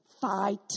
fight